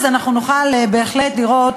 אז אנחנו נוכל בהחלט לראות